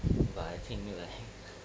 but I think 没有 lah heng